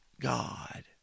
God